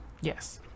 Yes